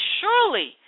surely